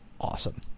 awesome